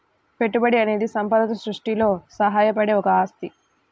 పెట్టుబడి అనేది సంపద సృష్టిలో సహాయపడే ఒక ఆస్తి